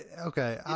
Okay